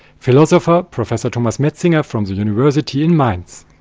philosopher professor thomas metzinger from the university in mainz.